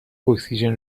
اکسیژن